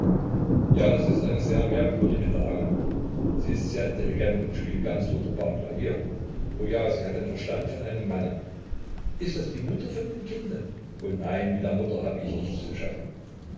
ja das ist eine sehr merkwürdige dame sie ist sehr intelligent und spielt ganz wunderbar klavier oh ja sie hat den verstand von einem manne ist das die mutter von dem kinde o nein mit der mutter habe ich nichts zu schaffen